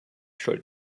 schuld